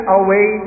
away